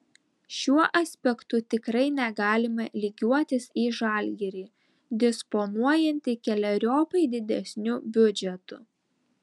šiuo aspektu tikrai negalime lygiuotis į žalgirį disponuojantį keleriopai didesniu biudžetu